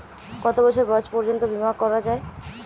কত বছর বয়স পর্জন্ত জীবন বিমা করা য়ায়?